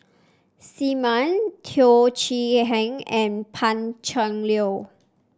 Aim Ann Teo Chee Hean and Pan Cheng Lui